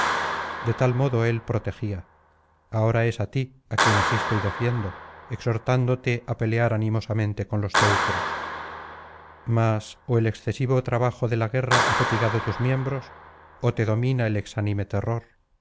de tal modo el protegía ahora es á ti á quien asisto y defiendo exhortándote á pelear animosamente con los teucros mas ó el excesivo trabajo de la guerra ha fatigado tus miembros ó te domina el exánime terror